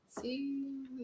See